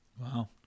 Wow